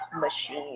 machine